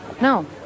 No